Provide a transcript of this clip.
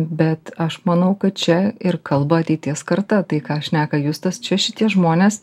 bet aš manau kad čia ir kalba ateities karta tai ką šneka justas čia šitie žmonės